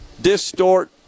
distort